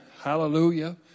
hallelujah